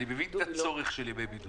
אני מבין את הצורך בימי בידוד,